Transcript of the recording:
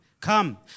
Come